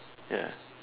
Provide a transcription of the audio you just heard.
ya